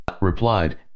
replied